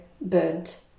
burnt